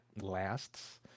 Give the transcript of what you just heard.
lasts